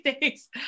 days